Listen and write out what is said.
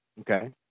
Okay